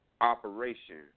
Operation